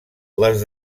les